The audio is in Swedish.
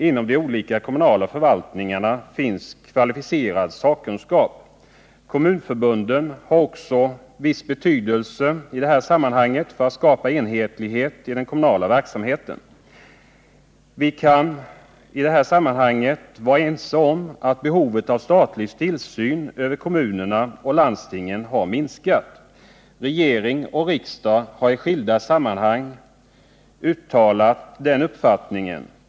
Inom de olika kommunala förvaltningarna finns kvalificerad sakkunskap. Kommunförbunden har också viss betydelse i det här sammanhanget för att skapa enhetlighet inom den kommunala verksamheten. Vi kan i det här sammanhanget vara ganska ense om att behovet av statlig tillsyn över kommunerna och landstingen har minskat betydligt. Regering och riksdag har i skilda sammanhang också uttalat den uppfattningen.